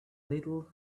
little